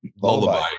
Lullaby